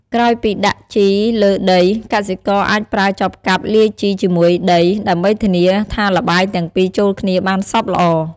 ក្រោយពីដាក់ជីលើដី កសិករអាចប្រើចបកាប់លាយជីជាមួយដី ដើម្បីធានាថាល្បាយទាំងពីរចូលគ្នាបានសព្វល្អ។